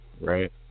Right